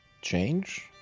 change